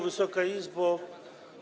Wysoka Izbo!